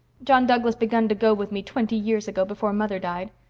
john douglas begun to go with me twenty years ago, before mother died.